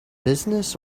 business